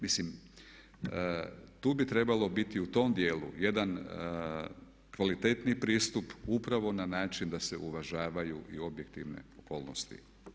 Mislim tu bi trebalo biti u tom djelu jedan kvalitetniji pristup upravo na način da se uvažavaju i objektivne okolnosti.